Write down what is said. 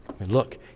Look